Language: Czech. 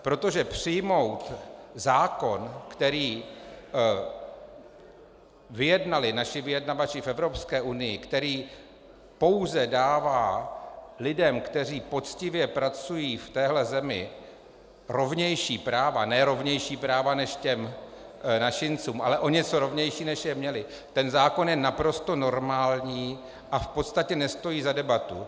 Protože přijmout zákon, který vyjednali naši vyjednavači v EU, který pouze dává lidem, kteří poctivě pracují v téhle zemi rovnější práva ne rovnější práva než našincům, ale o něco rovnější, než je měli ten zákon je naprosto normální a v podstatě nestojí za debatu.